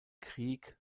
krieg